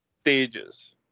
Stages